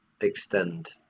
extend